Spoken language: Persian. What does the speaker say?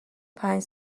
پنج